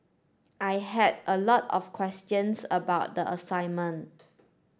I had a lot of questions about the assignment